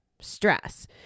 stress